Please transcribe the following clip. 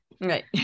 right